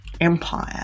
Empire